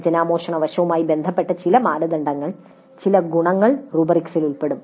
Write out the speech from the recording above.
രചനാമോഷണ വശവുമായി ബന്ധപ്പെട്ട ചില മാനദണ്ഡങ്ങൾ ചില ഗുണങ്ങൾ റുബ്രിക്സിൽ ഉൾപ്പെടും